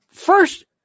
First